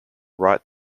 write